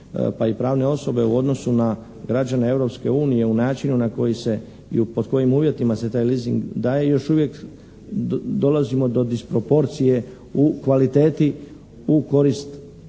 pa i pravne osobe u odnosu na građane Europske unije u načinu koji se i pod kojim uvjetima se taj leasing daje još uvijek dolazimo do disproporcije u kvaliteti u korist